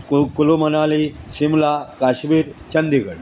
कु कुलू मनाली शिमला काश्मीर चंदीगढ